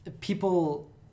people